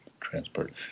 transport